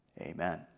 Amen